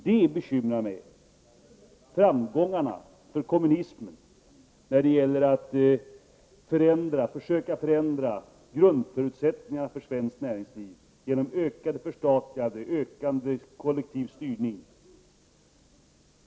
Jag är bekymrad över framgångarna för kommunismen när det gäller att försöka förändra grundförutsättningarna för svenskt näringsliv genom ökat förstatligande, ökad kollektiv styrning.